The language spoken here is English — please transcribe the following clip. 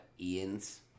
Ian's